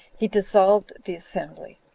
he dissolved the assembly.